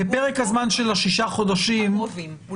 בפרק הזמן שלו, שישה חודשים -- הקרובים.